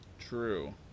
True